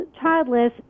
childless